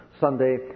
Sunday